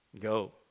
go